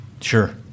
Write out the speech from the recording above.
Sure